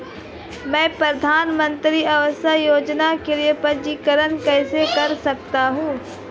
मैं प्रधानमंत्री आवास योजना के लिए पंजीकरण कैसे कर सकता हूं?